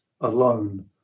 alone